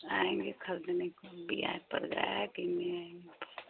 आएंगे खरदेने के लिए विवाह आएंगे